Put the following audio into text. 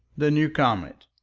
the new comet.